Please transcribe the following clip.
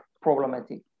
problematic